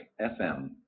FM